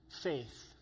faith